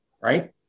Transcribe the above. right